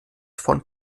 von